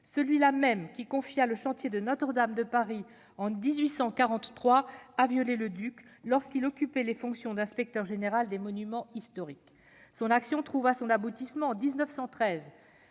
celui-là même qui confia le chantier de Notre-Dame de Paris en 1843 à Viollet-le-Duc lorsqu'il occupait les fonctions d'inspecteur général des monuments historiques. Son action trouva son aboutissement en 1913